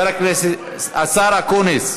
השר אקוניס.